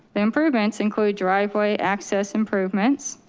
the improvements include driveway access improvements,